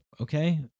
okay